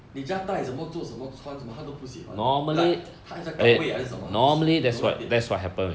你 just 带怎么做怎么穿怎么他都不喜欢 like 他 just 岛柜还是什么他 just don't like it